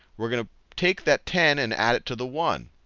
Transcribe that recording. we're going to take that ten and add it to the one,